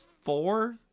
four